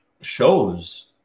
shows